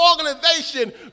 organization